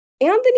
Anthony